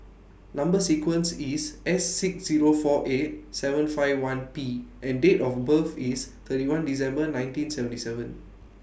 Number sequence IS S six Zero four eight seven five one P and Date of birth IS thirty one December nineteen seventy seven